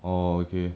orh okay